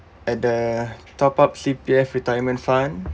at the top up C_P_F retirement fund